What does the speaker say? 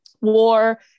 war